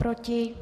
Proti?